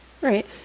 Right